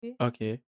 Okay